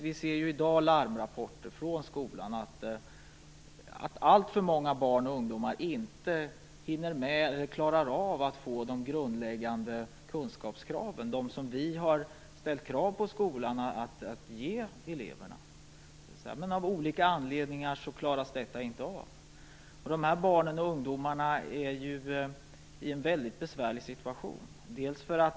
Vi får ju i dag larmrapporter från skolan om att alltför många barn och ungdomar inte klarar av att få de grundläggande kunskaper som vi har ställt krav på skolan att ge eleverna. Av olika anledningar klarar man inte av detta. Dessa barn och ungdomar befinner sig i en väldigt besvärlig situation.